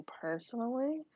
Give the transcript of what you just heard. personally